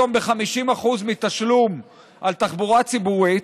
היום ב-50% מתשלום על תחבורה ציבורית,